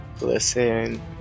Listen